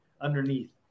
underneath